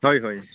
হয় হয়